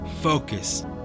focus